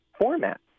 format